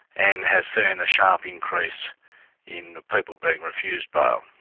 and has seen a sharp increase in people being refused bail.